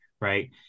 Right